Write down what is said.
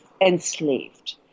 enslaved